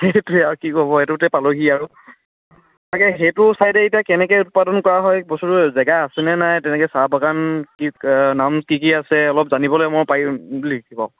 সেইটোৱে আৰু কি ক'ব সেইটোতে পালোঁহি আৰু তাকে সেইটো ছাইডে এতিয়া কেনেকৈ উৎপাদন কৰা হয় বস্তু জেগা আছেনে নাই তেনেকৈ চাহ বাগান কি নাম কি কি আছে অলপ জানিবলৈ মই পাৰিম নেকি বাৰু